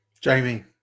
Jamie